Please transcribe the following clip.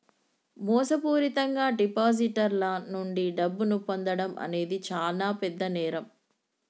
మోసపూరితంగా డిపాజిటర్ల నుండి డబ్బును పొందడం అనేది చానా పెద్ద నేరం